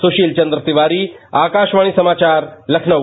सुशील चन्द्र तिवारी आकाशवाणी समाचार लखनऊ